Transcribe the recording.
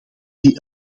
die